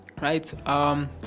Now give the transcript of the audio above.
Right